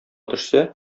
төшсә